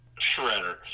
shredder